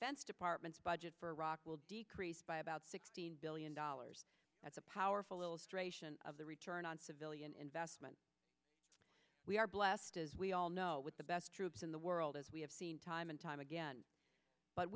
fence department's budget for iraq will decrease by about sixteen billion dollars that's a powerful of the return on civilian investment we are blessed as we all know with the best troops in the world as we have seen time and time again but